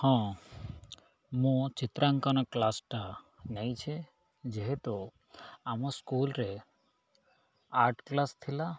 ହଁ ମୁଁ ଚିତ୍ରାଙ୍କନ କ୍ଲାସ୍ଟା ନେଇଛେ ଯେହେତୁ ଆମ ସ୍କୁଲ୍ରେ ଆର୍ଟ କ୍ଲାସ୍ ଥିଲା